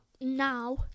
now